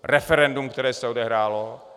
Referendum, které se odehrálo.